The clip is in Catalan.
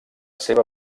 seva